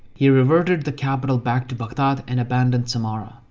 he reverted the capital back to baghdad and abandoned samarra.